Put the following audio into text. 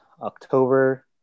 October